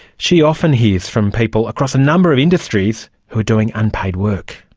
she often hears from people across a number of industries who are doing unpaid work.